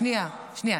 שנייה, שנייה.